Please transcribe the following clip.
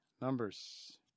Numbers